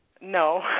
No